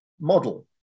model